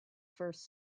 first